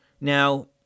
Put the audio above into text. Now